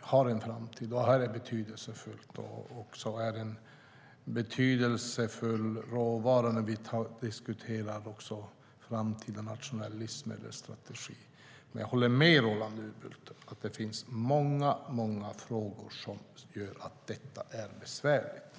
har en framtid och är betydelsefullt. Fisk är en viktig råvara när vi diskuterar framtida nationell livsmedelsstrategi. Jag håller med Roland Utbult om att det finns många frågor som gör det besvärligt.